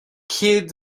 céad